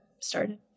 started